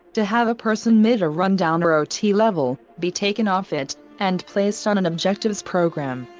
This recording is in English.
to have a person mid a rundown or ot level, be taken off it, and placed on an objectives program.